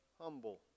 humble